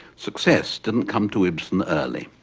success didn't come to ibsen early.